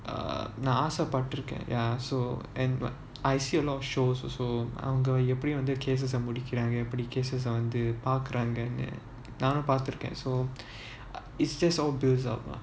நான் ஆசை பட்டுருக்கேன்:naan aasai pattiruken ya so and but I see a lot of shows also அவங்க வந்து எப்படி:avanga vanthu eppadi cases எப்படி:eppadi cases முடிக்கிறாங்க எப்படி பார்க்குறாங்கனு நானும் பார்த்துருக்கேன்:mudikiraanga eppdi paarkuraanganu naanum paarthuruken so it just all builds up ah